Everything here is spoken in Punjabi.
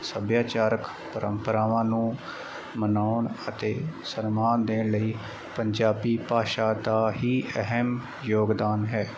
ਸੱਭਿਆਚਾਰਕ ਪਰੰਪਰਾਵਾਂ ਨੂੰ ਮਨਾਉਣ ਅਤੇ ਸਨਮਾਨ ਦੇਣ ਲਈ ਪੰਜਾਬੀ ਭਾਸ਼ਾ ਦਾ ਹੀ ਅਹਿਮ ਯੋਗਦਾਨ ਹੈ